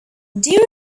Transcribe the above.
during